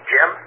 Jim